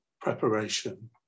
preparation